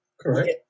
Correct